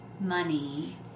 money